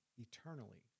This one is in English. eternally